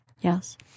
Yes